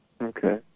Okay